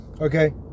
Okay